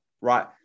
Right